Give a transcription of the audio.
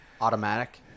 Automatic